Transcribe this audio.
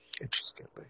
interestingly